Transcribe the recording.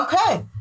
Okay